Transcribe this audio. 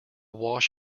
wash